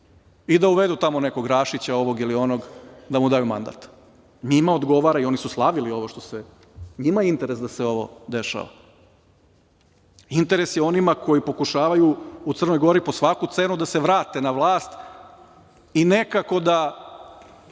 i da uvedu tamo nekog Rašića, ovoga ili onoga, da mu daju mandat. Njima odgovara i oni su slavili ovo što se… Njima je interes da se ovo dešava. Interes je onima koji pokušavaju u Crnoj Gori po svaku cenu da se vrate na vlast i nekako da